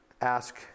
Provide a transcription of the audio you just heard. ask